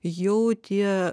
jau tie